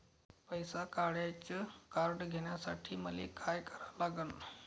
पैसा काढ्याचं कार्ड घेण्यासाठी मले काय करा लागन?